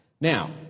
Now